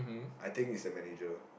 I think is the manager